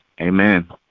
Amen